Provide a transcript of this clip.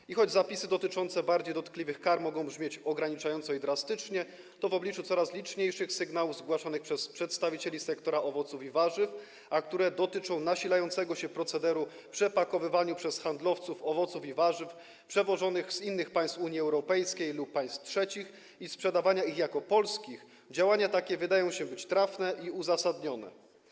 I choć zapisy dotyczące bardziej dotkliwych kar mogą brzmieć ograniczająco i drastycznie, to w obliczu coraz liczniejszych sygnałów zgłaszanych przez przedstawicieli sektora owoców i warzyw, które dotyczą nasilającego się procederu przepakowywania przez handlowców owoców i warzyw przywożonych z innych państw Unii Europejskiej lub państw trzecich i sprzedawania ich jako polskich, działania takie wydają się trafne i uzasadnione.